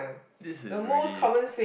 this is really